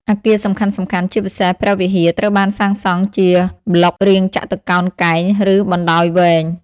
អគារសំខាន់ៗ ជាពិសេសព្រះវិហារត្រូវបានសាងសង់ជាប្លុករាងចតុកោណកែង ឬបណ្តោយវែង។